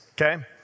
okay